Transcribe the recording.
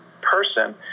person